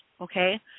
okay